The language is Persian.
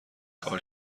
کار